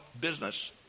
business